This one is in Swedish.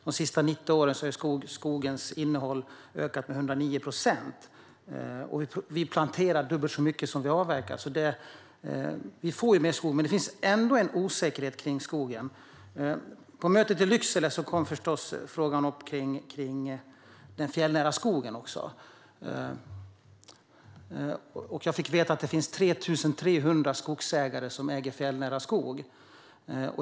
De senaste 90 åren har skogens innehåll ökat med 109 procent. Och vi planterar dubbelt så mycket som vi avverkar, så vi får ju mer skog. Men det finns ändå en osäkerhet kring skogen. På mötet i Lycksele kom förstås också frågan upp om den fjällnära skogen. Jag fick veta att det finns 3 300 skogsägare som äger fjällnära skog.